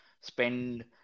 spend